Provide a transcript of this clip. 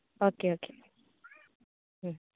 okay okay